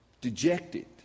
dejected